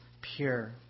pure